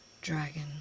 Dragon